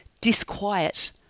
disquiet